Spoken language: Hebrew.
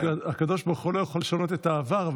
שהקדוש ברוך הוא לא יכול לשנות את העבר,